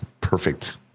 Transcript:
perfect